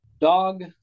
dog